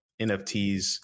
NFTs